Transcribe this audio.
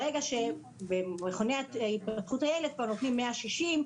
ומכוני התפתחות הילד כבר נותנים 160,